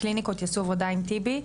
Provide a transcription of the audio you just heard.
הקליניקות יעשו עבודה עם טיבי,